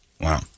Wow